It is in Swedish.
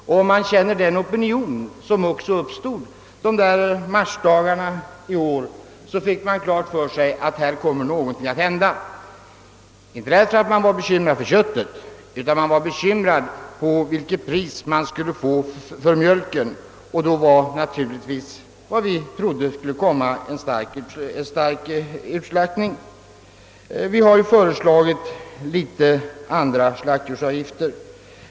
Om man fick kontakt med den opinion som uppstod under de aktuella marsdagarna i år, insåg man att något skulle hända, inte därför att jordbrukarna var bekymrade för köttet utan därför att de var oroliga över vilket pris de skulle få för mjölken. Därför räknade vi med att en stark utslaktning skulle komma. Vi har föreslagit något lägre slaktdjursavgifter.